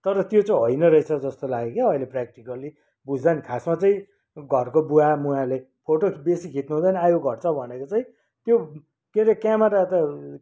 तर त्यो चाहिँ होइन रहेछ जस्तो लाग्यो क्या अहिले प्र्याक्टिकली बुझ्दा नि खासमा चाहिँ घरको बुवामुवाले फोटो बेसी खिच्नु हुँदैन आयु घट्छ भनेको चाहिँ त्यो त्यसले क्यामरा त